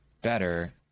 better